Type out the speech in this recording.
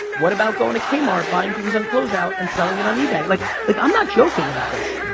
what about going to kmart, buying things on closeout, and selling it on ebay? like like i'm not joking about this.